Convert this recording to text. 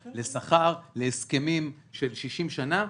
לשכר, להסכמים של 60 שנה.